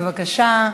בבקשה,